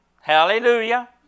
Hallelujah